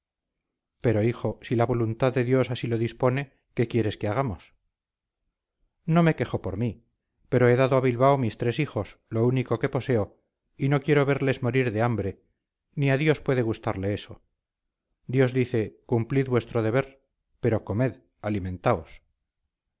pero hijo si la voluntad de dios así lo dispone qué quieres que hagamos no me quejo por mí pero he dado a bilbao mis tres hijos lo único que poseo y no quiero verles morir de hambre ni a dios puede gustarle eso dios dice cumplid vuestro deber pero comed alimentaos